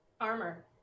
armor